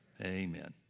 Amen